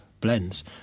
blends